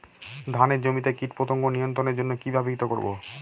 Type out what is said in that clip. ধানের জমিতে কীটপতঙ্গ নিয়ন্ত্রণের জন্য কি ব্যবহৃত করব?